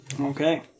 Okay